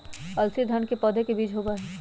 अलसी सन के पौधे के बीज होबा हई